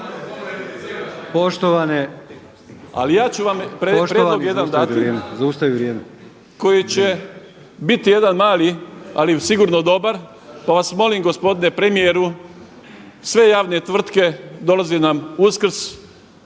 ali ja ću vam prijedlog jedan dati koji će biti jedan mali ali sigurno dobar, pa vas molim gospodine premijeru sve javne tvrtke, dolazi nam Uskrs